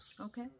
Okay